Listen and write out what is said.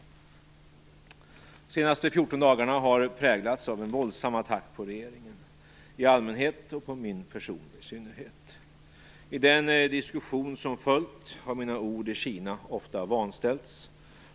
De senaste fjorton dagarna har präglats av en våldsam attack på regeringen i allmänhet och på min person i synnerhet. I den diskussion som följt har mina ord i Kina ofta vanställts.